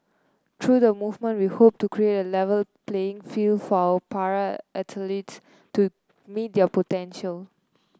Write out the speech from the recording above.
through the movement we hope to create A Level playing field for our para athlete to meet their potential